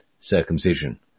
circumcision